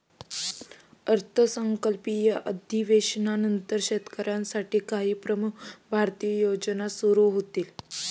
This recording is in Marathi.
अर्थसंकल्पीय अधिवेशनानंतर शेतकऱ्यांसाठी काही प्रमुख भारतीय योजना सुरू होतील